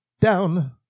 down